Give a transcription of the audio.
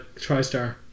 TriStar